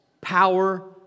power